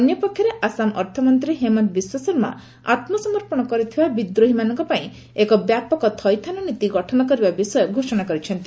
ଅନ୍ୟ ପକ୍ଷରେ ଆସାମ ଅର୍ଥମନ୍ତ୍ରୀ ହେମନ୍ତ ବିଶ୍ୱଶର୍ମା ଆତ୍ମସମର୍ପଣ କରିଥିବା ବିଦ୍ରୋହୀମାନଙ୍କ ପାଇଁ ଏକ ବ୍ୟାପକ ଥଇଥାନ ନୀତି ଗଠନ କରିବା ବିଷୟ ଘୋଷଣା କରିଛନ୍ତି